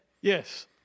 Yes